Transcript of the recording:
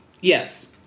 Yes